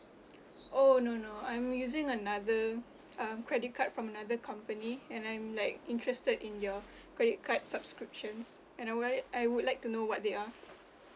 oh no no I'm using another um credit card from another company and I'm like interested in your credit card subscriptions and I would like I would like to know what they are